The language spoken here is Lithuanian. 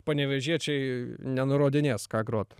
panevėžiečiai nenurodinės ką grot